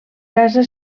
casa